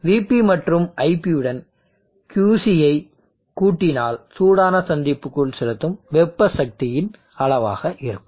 vP மற்றும் iP உடன் QC ஐ கூட்டினால் சூடான சந்திப்புக்குள் செலுத்தும் வெப்ப சக்தியின் அளவாக இருக்கும்